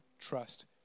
trust